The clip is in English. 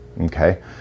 Okay